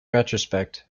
retrospect